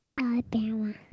Alabama